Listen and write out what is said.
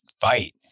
fight